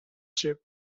chip